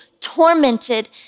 tormented